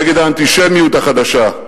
נגד האנטישמיות החדשה.